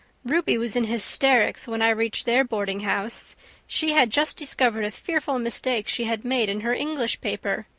ruby was in hysterics when i reached their boardinghouse she had just discovered a fearful mistake she had made in her english paper.